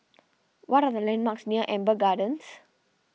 what are the landmarks near Amber Gardens